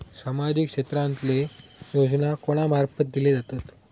सामाजिक क्षेत्रांतले योजना कोणा मार्फत दिले जातत?